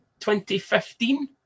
2015